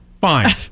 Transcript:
Fine